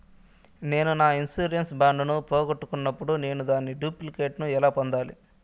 నేను నా insurance bond ను పోగొట్టుకున్నప్పుడు నేను దాని డూప్లికేట్ ను ఎలా పొందాలి?